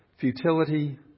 futility